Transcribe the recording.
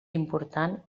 important